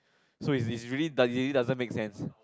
so is is really it really doesn't make sense